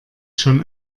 schon